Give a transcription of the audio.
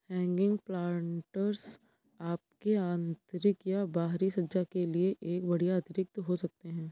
hanging planters आपके आंतरिक या बाहरी सज्जा के लिए एक बढ़िया अतिरिक्त हो सकते है